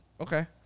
Okay